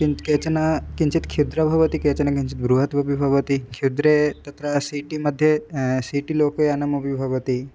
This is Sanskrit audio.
किन्तु केचन किञ्चित् छिद्रं भवति केचन किञ्चित् बृहत् अपि भवति छिद्रे तत्र सीटि मध्ये सीटि लोकयानमपि भवति